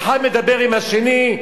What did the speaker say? האחד מדבר עם השני?